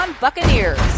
Buccaneers